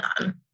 on